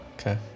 Okay